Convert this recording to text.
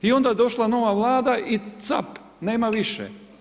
I onda je došla nova Vlada i cap, nema više.